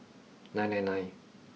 nine nine nine